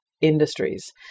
industries